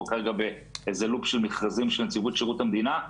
כרגע איזה לופ של מרכזים של נציבות שירות המדינה,